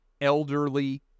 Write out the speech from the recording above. elderly